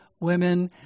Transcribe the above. women